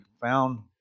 found